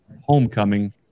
homecoming